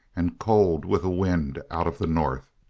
and cold with a wind out of the north.